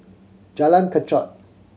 Jalan Kechot